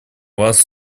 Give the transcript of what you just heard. вас